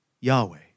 Yahweh